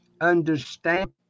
understand